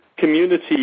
Community